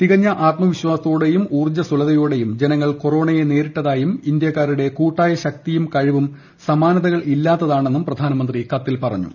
തികഞ്ഞ ആത്മവിശ്വാസത്തോടെയും ഉൌർജ്ജസ്വലത യോടെയും ജനങ്ങൾ കൊറോണയെ നേരിട്ടതായും ഇന്ത്യക്കാരുടെ കൂട്ടായ ശക്തിയും കഴിവും സമാനതകളില്ലാത്തതാണെന്നും പ്രധാനമന്ത്രി കത്തിൽ പറഞ്ഞു